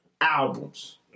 albums